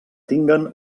tinguen